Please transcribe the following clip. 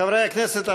חברי הכנסת,